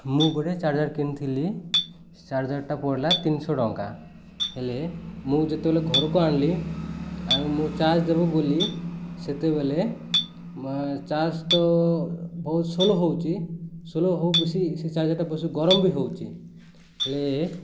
ମୁଁ ଗୋଟେ ଚାର୍ଜର କିଣିଥିଲି ଚାର୍ଜରଟା ପଡ଼ିଲା ତିନିଶହ ଟଙ୍କା ହେଲେ ମୁଁ ଯେତେବେଳେ ଘରକୁ ଆଣିଲି ଆଉ ମୁଁ ଚାର୍ଜ ଦେବୁ ବୋଲି ସେତେବେଳେ ଚାର୍ଜ ତ ବହୁତ ସ୍ଲୋ ହେଉଛି ସ୍ଲୋ ହଉ ବେଶୀ ସେ ଚାର୍ଜରଟା ବେଶ ଗରମ ବି ହେଉଛି ହେଲେ